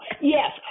yes